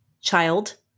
child